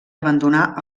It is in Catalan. abandonar